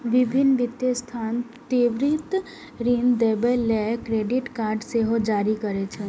विभिन्न वित्तीय संस्थान त्वरित ऋण देबय लेल क्रेडिट कार्ड सेहो जारी करै छै